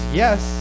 yes